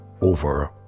over